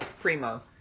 primo